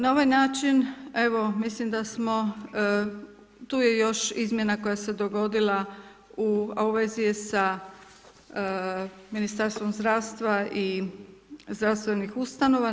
Na ovaj način, mislim da smo, tu je još izmjena koja se dogodila, a u vezi je sa Ministarstvom zdravstva i zdravstvenim ustanovama.